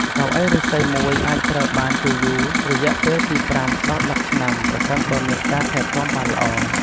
កៅអីឫស្សីមួយអាចប្រើបានជាយូររយៈពេលពី ៥ ដល់ ១០ ឆ្នាំ ប្រសិនបើមានការថែទាំបានល្អ។